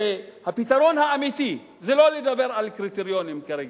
שהפתרון האמיתי זה לא לדבר על קריטריונים כרגע,